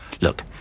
Look